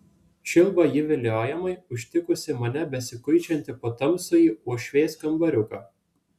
čiulba ji viliojamai užtikusi mane besikuičiantį po tamsųjį uošvės kambariuką